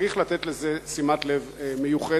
שצריך לתת לזה שימת לב מיוחדת,